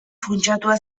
funtsatua